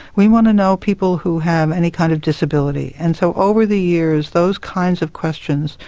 we want to know people who have any kind of disability. and so over the years those kinds of questions,